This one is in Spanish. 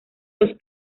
los